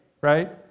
right